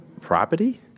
property